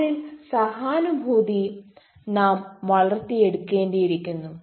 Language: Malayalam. അവരിൽ സഹാനുഭൂതി നാം വളർത്തിയെടുക്കേണ്ടിയിരിക്കുന്നു